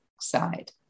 side